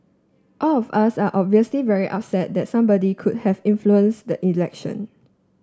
all of us are obviously very upset that somebody could have influence the election